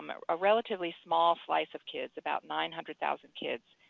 um ah a relatively small slice of kids, about nine hundred thousand kids,